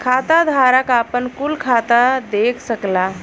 खाताधारक आपन कुल खाता देख सकला